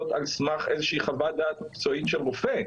על סמך איזושהי חוות דעת מקצועית של רופא.